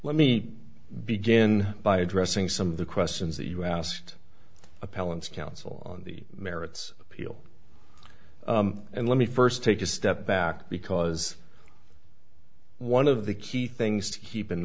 let me begin by addressing some of the questions that you asked appellants counsel on the merits of appeal and let me first take a step back because one of the key things to keep in